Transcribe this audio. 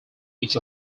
each